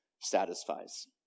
satisfies